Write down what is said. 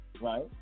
right